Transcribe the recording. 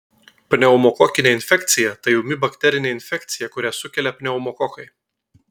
pneumokokinė infekcija tai ūmi bakterinė infekcija kurią sukelia pneumokokai